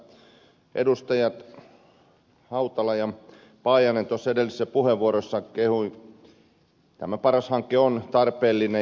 niin kuin täällä edustajat hautala ja paajanen edellisissä puheenvuoroissaan kehuivat tämä paras hanke on tarpeellinen